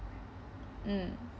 mm